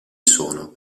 sono